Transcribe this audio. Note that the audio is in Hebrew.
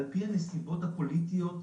על פי הנסיבות הפוליטיות.